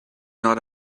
not